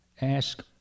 ask